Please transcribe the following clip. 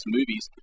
movies